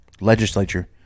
Legislature